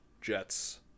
Jets